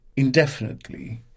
indefinitely